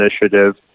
initiative